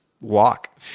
walk